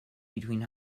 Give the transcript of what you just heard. between